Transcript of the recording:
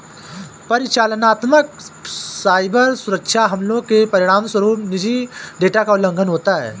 परिचालनात्मक साइबर सुरक्षा हमलों के परिणामस्वरूप निजी डेटा का उल्लंघन होता है